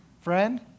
friend